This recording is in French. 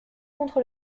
contre